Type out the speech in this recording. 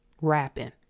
Rapping